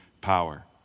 power